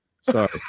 Sorry